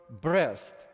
breast